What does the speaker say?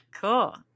Cool